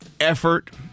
effort